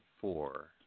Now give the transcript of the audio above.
four